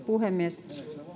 puhemies